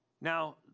Now